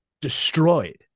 destroyed